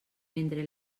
mentre